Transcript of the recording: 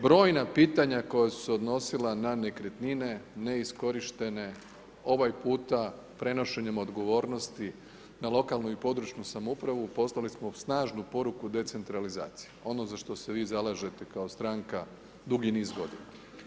Brojna pitanja koja su se odnosila na nekretnine, neiskorištene, ovaj puta prenošenjem odgovornosti na lokalnu i područnu samoupravu, poslali smo snažnu poruku decentralizacije, ono za što se vi zalažete kao stranka dugi niz godina.